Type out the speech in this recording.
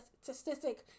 statistic